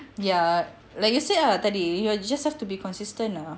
ya like you said ah tadi you just have to be consistent ah